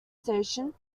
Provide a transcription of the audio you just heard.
station